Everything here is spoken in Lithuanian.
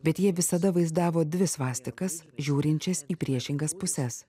bet jie visada vaizdavo dvi svastikas žiūrinčias į priešingas puses